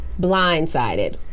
Blindsided